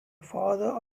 father